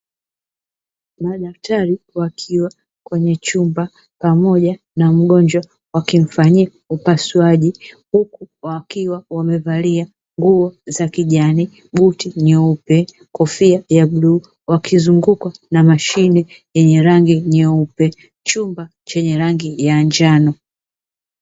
Madaktari wakiwa kwenye chumba pamoja na mgonjwa, wakimfanyia upasuaji huku wakiwa wamevalia nguo za kijani, buti nyeupe, kofia ya bluu, wakizungukwa na mashine yenye rangi nyeupe, chumba chenye rangi ya njano.